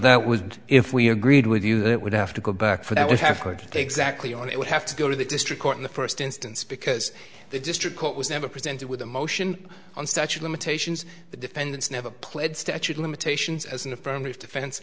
that was if we agreed with you that it would have to go back for that would have put exactly on it would have to go to the district court in the first instance because the district court was never presented with a motion on such limitations the defendants never pled statute limitations as an affirmative defen